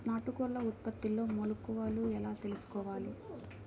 నాటుకోళ్ల ఉత్పత్తిలో మెలుకువలు ఎలా తెలుసుకోవాలి?